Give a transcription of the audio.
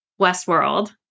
Westworld